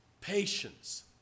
patience